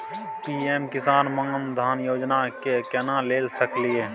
PM Kisan Maandhan Yojana के केना ले सकलिए?